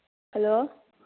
hello